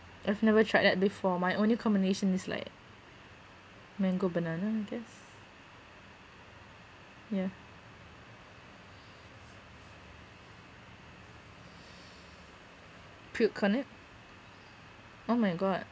I've never tried that before my only combination is like mango banana I guess yeah puke on it oh my god